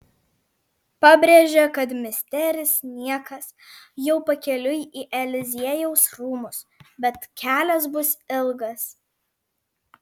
pabrėžia kad misteris niekas jau pakeliui į eliziejaus rūmus bet kelias bus ilgas